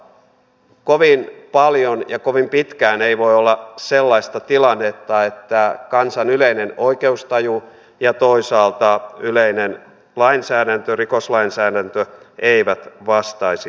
toisaalta kovin paljon ja kovin pitkään ei voi olla sellaista tilannetta että kansan yleinen oikeustaju ja toisaalta yleinen lainsäädäntö rikoslainsäädäntö eivät vastaisi toisiaan